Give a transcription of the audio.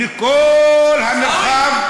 לכל המרחב,